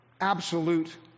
absolute